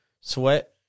Sweat